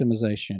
optimization